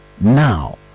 now